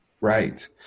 Right